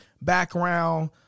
background